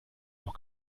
noch